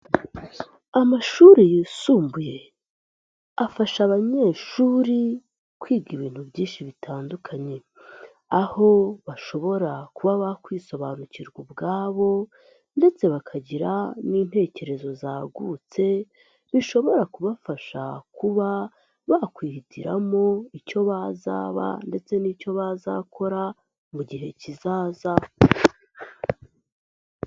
Amashuri yisumbuye afasha abanyeshuri kwiga ibintu byinshi bitandukanye, aho bashobora kuba bakwisobanukirwa ubwabo ndetse bakagira n'intekerezo zagutse, zishobora kubafasha kuba bakwihitiramo icyo bazaba ndetse n'icyo bazakora mu gihe kizaza.